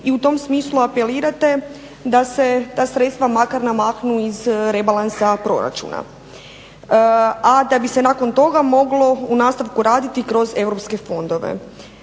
i u tom smislu apelirate da se ta sredstva makar namaknu iz rebalansa proračuna, a da bi se nakon toga moglo u nastavku raditi kroz europske fondove.